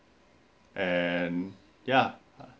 and ya